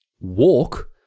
walk